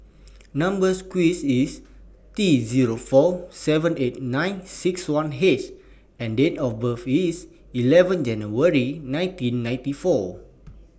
Number sequence IS T Zero four seven eight nine six one H and Date of birth IS eleven January nineteen ninety four